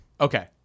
Okay